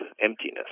emptiness